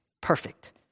perfect